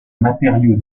matériau